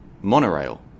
monorail